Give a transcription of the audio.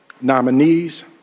nominees